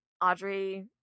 Audrey